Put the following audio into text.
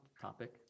topic